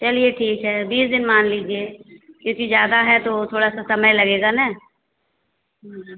चलिए ठीक है बीस दिन मान लीजिए क्योंकि ज़्यादा है तो थोड़ा सा समय लगेगा ना